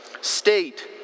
state